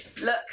look